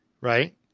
Right